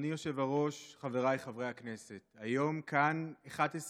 אדוני היושב-ראש, חבריי חברי הכנסת, היום כאן 11